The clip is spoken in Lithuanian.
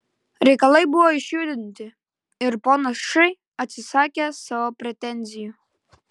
reikalai buvo išjudinti ir ponas š atsisakė savo pretenzijų